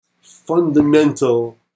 fundamental